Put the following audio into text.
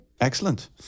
Excellent